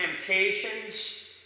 temptations